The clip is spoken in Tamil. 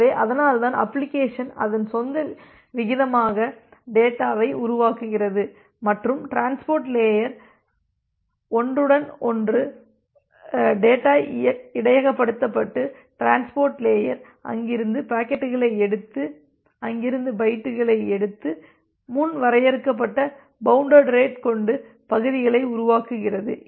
எனவே அதனால்தான் அப்ளிகேஷன் அதன் சொந்த விகிதமாக டேட்டாவை உருவாக்குகிறது மற்றும் டிரான்ஸ்போர்ட் லேயர் பஃஒன்றுடன் ஒன்றுபரில் டேட்டா இடையகப்படுத்தப்பட்டு டிரான்ஸ்போர்ட் லேயர் அங்கிருந்து பாக்கெட்டுகளை எடுத்து அங்கிருந்து பைட்டுகளை எடுத்து முன் வரையறுக்கப்பட்ட பவுண்டடு ரேட் கொண்டு பகுதிகளை உருவாக்குகிறது